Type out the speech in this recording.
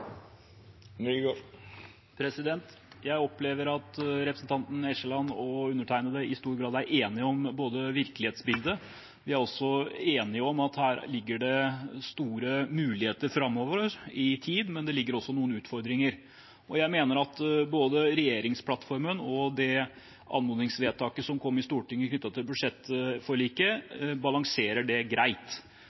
Jeg opplever at representanten Eskeland og undertegnede i stor grad er enige om virkelighetsbildet. Vi er også enige om at her ligger det store muligheter framover i tid, men det ligger også noen utfordringer. Jeg mener at både regjeringsplattformen og det anmodningsvedtaket som kom i Stortinget knyttet til budsjettforliket, balanserer det greit.